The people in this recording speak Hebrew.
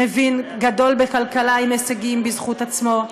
מבין גדול בכלכלה עם הישגים בזכות עצמו,